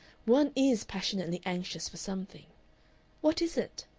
one is passionately anxious for something what is it?